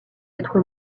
être